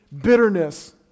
bitterness